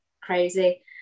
crazy